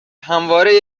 همواره